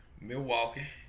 Milwaukee